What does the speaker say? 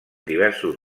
diversos